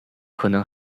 可能